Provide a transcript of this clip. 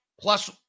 plus